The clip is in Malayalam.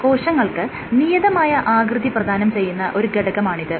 കോശങ്ങൾക്ക് നിയതമായ ആകൃതി പ്രധാനം ചെയ്യുന്ന ഒരു ഘടകമാണിത്